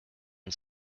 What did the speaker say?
and